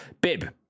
bib